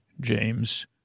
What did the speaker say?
James